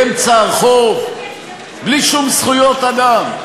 באמצע הרחוב, בלי שום זכויות אדם.